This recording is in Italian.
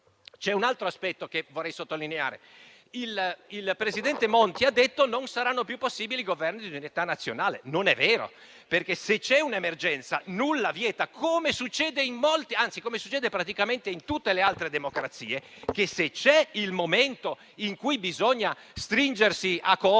C'è un altro aspetto che vorrei sottolineare. Il presidente Monti ha detto che non saranno più possibili Governi di unità nazionale. Non è vero, perché se c'è un'emergenza, nulla vieta di avere unità nazionale come succede praticamente in tutte le altre democrazie, se c'è il momento in cui bisogna stringersi a coorte.